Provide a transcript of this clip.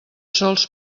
sols